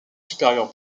supérieurs